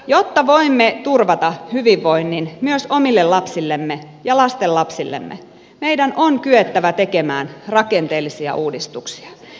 jotta voimme turvata hyvinvoinnin myös omille lapsillemme ja lastenlapsillemme meidän on kyettävä tekemään rakenteellisia uudistuksia